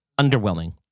underwhelming